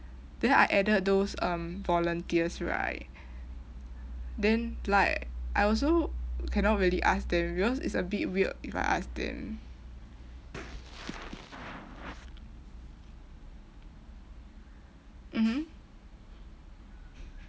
then I added those um volunteers right then like I also cannot really ask them because it's a bit weird if I ask them mmhmm